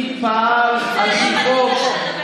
אם פעל על פי חוק.